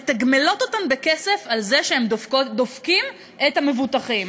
ומתגמלות אותם בכסף על זה שהם דופקים את המבוטחים.